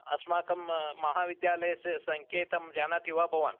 अस्माकं महाविद्यालयस्य सङ्केतं जानाति वा भवान्